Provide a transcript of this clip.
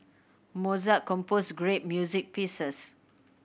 Mozart composed great music pieces